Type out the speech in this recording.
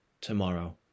tomorrow